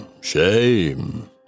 shame